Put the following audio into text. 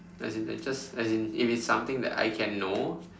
as in I just as in if it's something that I can know